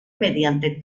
mediante